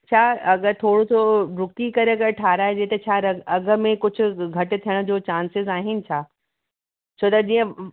छा अघि थोरो सो रुकी करे अगरि ठहाराइजे त छा त अघि में कुझु घटि थियण जो चांसिस आहिनि छा छो त जीअं